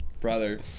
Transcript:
Brother